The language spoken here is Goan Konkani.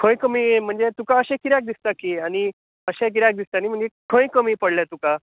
खंय तुमी म्हणजे तुका अशें कित्याक दिसता की आनी आशें कित्याक दिसता नी म्हळ्यार खंय कमी पडले तुका